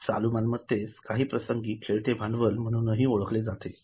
चालू मालमत्तेस काही प्रसंगी खेळते भांडवल म्हणूनही ओळखले जाते